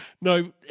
no